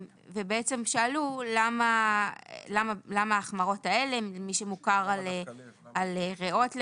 שאלו למה ההחמרות האלה, מי שמוכר על ריאות למשל,